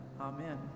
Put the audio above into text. Amen